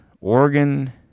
Oregon